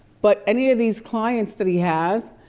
but any of these clients that he has,